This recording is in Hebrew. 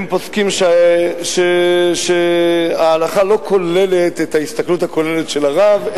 הם פוסקים שההלכה לא כוללת את ההסתכלות הכוללת של הרב,